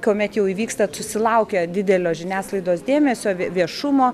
kuomet jau įvyksta susilaukia didelio žiniasklaidos dėmesio vė viešumo